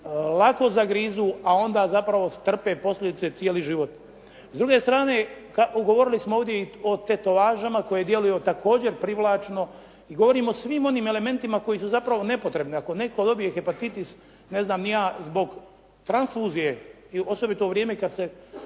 lako zagrizu a onda zapravo trpe posljedice cijeli život. S druge strane, govorili smo ovdje i o tetovažama koje djeluju također privlačno i govorim o svim onim elementima koji su zapravo nepotrebni. Ako netko dobije hepatitis ne znam ni ja zbog transfuzija i osobito u vrijeme kad se